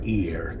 ear